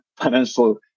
financial